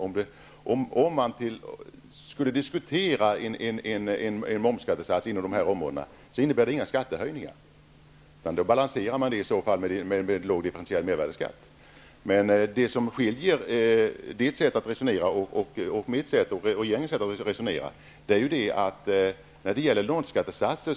Om man skulle diskutera en momsskattesats inom dessa områden innebär det inga skattehöjningar. Man balanserar det i så fall med en låg differentierad mervärdesskatt. Det som skiljer Lars Bäckströms sätt att resonera från mitt och regeringens sätt att resonera gäller detta med nollskattesatser.